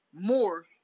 more